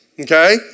Okay